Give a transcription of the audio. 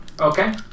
Okay